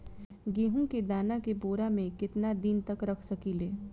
गेहूं के दाना के बोरा में केतना दिन तक रख सकिले?